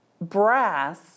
brass